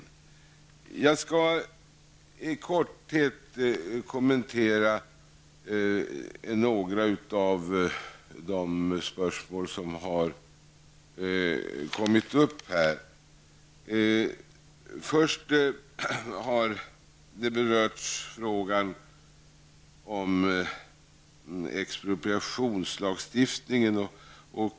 Jag skall i korthet kommentera några av de spörsmål som har kommit upp i debatten. Bl.a. har frågan om expropriationslagstiftningen berörts.